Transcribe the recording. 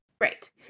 Right